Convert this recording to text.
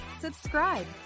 subscribe